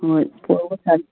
ꯍꯣꯏ